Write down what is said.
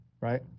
right